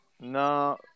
No